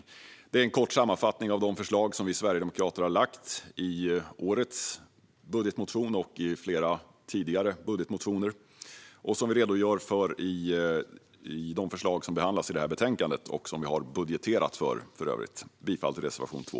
Detta är en kort sammanfattning av de förslag som vi sverigedemokrater har lagt fram i årets budgetmotion och i flera tidigare budgetmotioner, som vi redogör för i de förslag som behandlas i det här betänkandet och som vi budgeterat för. Jag yrkar bifall till reservation 2.